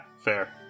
fair